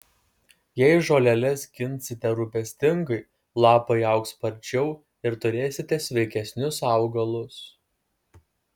jei žoleles skinsite rūpestingai lapai augs sparčiau ir turėsite sveikesnius augalus